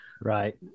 right